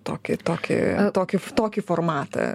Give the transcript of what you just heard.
tokį tokį tokį tokį formatą